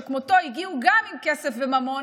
שכמותו הגיעו עם כסף וממון,